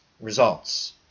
results